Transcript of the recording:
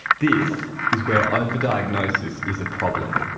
this is where over-diagnosis is a problem.